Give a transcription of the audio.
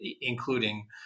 including